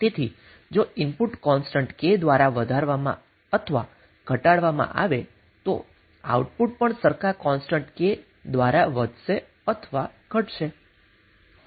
તેથી જો input constant K દ્વારા વધારવામાં અથવા ઘટાડવામાં આવે તો આઉટપુટ પણ સરખા કોન્સટન્ટ K દ્વારા વધશે અથવા તો ઘટશે